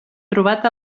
trobat